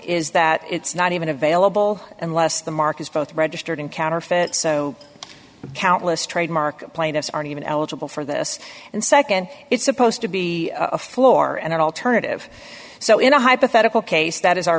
is that it's not even available unless the mark is both registered and counterfeit so countless trademark plaintiffs aren't even eligible for this and nd it's supposed to be a floor and an alternative so in a hypothetical case that is our